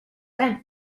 res